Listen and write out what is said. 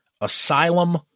Asylum